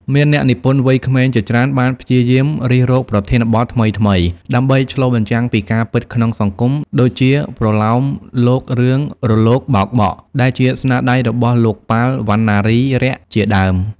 មានអ្នកនិពន្ធវ័យក្មេងជាច្រើនបានព្យាយាមរិះរកប្រធានបទថ្មីៗ ដើម្បីឆ្លុះបញ្ចាំងពីការពិតក្នុងសង្គម ដូចជាប្រលោមលោករឿង រលកបោកបក់ ដែលជាស្នាដៃរបស់លោក ប៉ាល់ វណ្ណារីរក្សជាដើម។